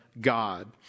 God